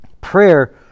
Prayer